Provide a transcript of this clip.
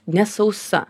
ne sausa